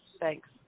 Thanks